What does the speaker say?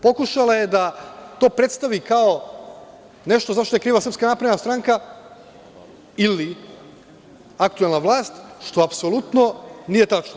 Pokušala je da to predstavi kao nešto za šta je kriva SNS ili aktuelna vlast, što apsolutno nije tačno.